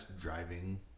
driving